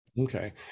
Okay